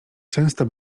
często